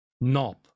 knob